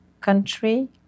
country